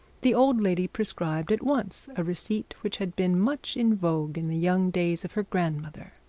the old lady prescribed at once a receipt which had been much in vogue in the young days of her grandmother,